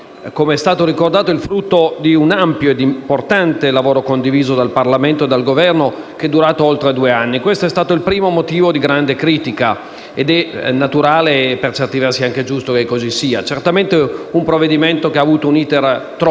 come è stato ricordato, il frutto di un ampio ed importante lavoro, condiviso dal Governo e dal Parlamento, che è durato oltre due anni: questo è stato il primo motivo di grande critica ed è naturale e per certi versi anche giusto che sia così. Certamente il provvedimento ha avuto un iter troppo